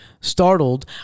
Startled